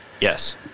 Yes